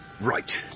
Right